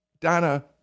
Donna